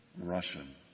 Russian